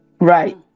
Right